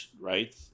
right